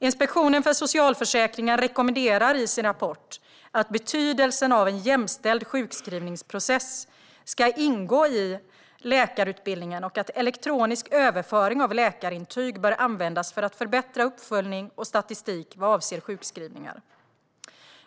Inspektionen för socialförsäkringen rekommenderar i sin rapport att betydelsen av en jämställd sjukskrivningsprocess ska ingå i läkarutbildningen och att elektronisk överföring av läkarintyg bör användas för att förbättra uppföljning och statistik vad avser sjukskrivningar.